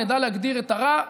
נדע להגדיר את הרע,